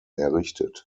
errichtet